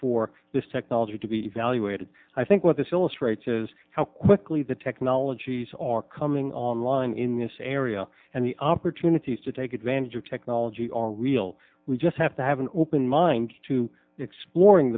for this technology to be evaluated i think what this illustrates is how quickly the technologies are coming online in this area and the opportunities to take advantage of technology are real we just i have to have an open mind to exploring